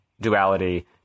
duality